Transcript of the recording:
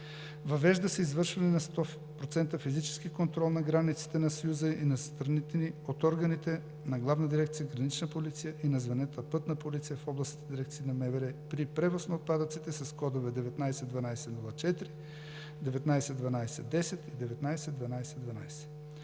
Въвежда се извършване на 100% физически контрол на границите на Съюза и на страната от органите на Главна дирекция „Гранична полиция“ и на звената на Пътна полиция в областните дирекции на МВР при превоз на отпадъците с кодове 191204, 191210 и 191211.